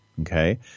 okay